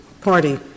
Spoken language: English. party